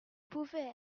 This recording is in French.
pouvait